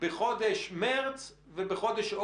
על בסיס זה, ועל בסיס זה, וכו'.